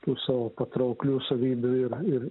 tų savo patrauklių savybių ir ir